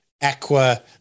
aqua